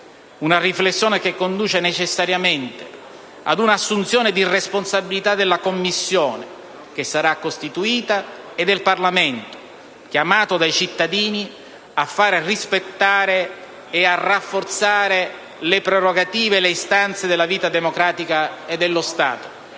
tale riflessione conduce necessariamente ad una assunzione di responsabilità della Commissione che sarà costituita e del Parlamento, chiamato dai cittadini a fare rispettare e a rafforzare le prerogative e le istanze della vita democratica e dello Stato.